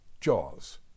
Jaws